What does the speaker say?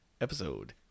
episode